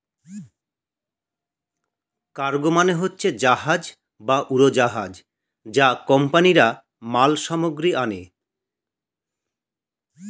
cargo মানে হচ্ছে জাহাজ বা উড়োজাহাজ যা কোম্পানিরা মাল সামগ্রী আনে